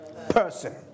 Person